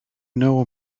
know